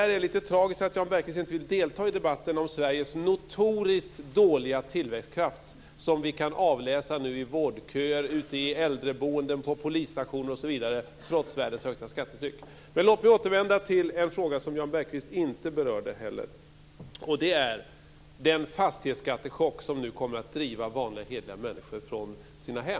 Det är lite tragiskt att Jan Bergqvist inte vill delta i debatten om Sveriges notoriskt dåliga tillväxtkraft som vi nu kan avläsa i vårdköer, ute i äldreboenden, på polisstationer, osv. trots världens högsta skattetryck. Men låt mig återvända till en fråga som Jan Bergqvist inte berörde, nämligen den fastighetsskattechock som nu kommer att driva vanliga hederliga människor från deras hem.